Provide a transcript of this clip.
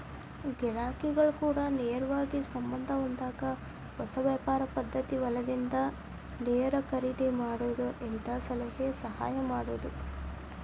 ಗಿರಾಕಿಗಳ ಕೂಡ ನೇರವಾಗಿ ಸಂಬಂದ ಹೊಂದಾಕ ಹೊಸ ವ್ಯಾಪಾರ ಪದ್ದತಿ ಹೊಲದಿಂದ ನೇರ ಖರೇದಿ ಮಾಡುದು ಹಿಂತಾ ಸಲಹೆ ಸಹಾಯ ಮಾಡುದು